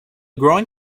growing